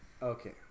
Okay